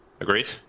Agreed